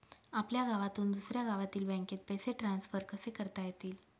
आपल्या गावातून दुसऱ्या गावातील बँकेत पैसे ट्रान्सफर कसे करता येतील?